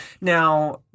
Now